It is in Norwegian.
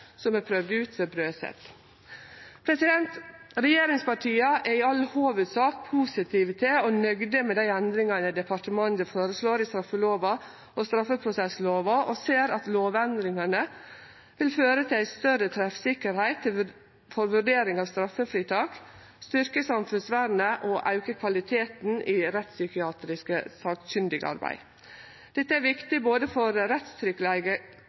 som er prøvd ut ved Brøset. Regjeringspartia er i all hovudsak positive til og nøgde med dei endringane departementet foreslår i straffelova og straffeprosesslova og ser at lovendringane vil føre til ei større treffsikkerheit for vurdering av straffritak, styrkje samfunnsvernet og auke kvaliteten i rettspsykiatrisk sakkunnigarbeid. Dette er viktig både for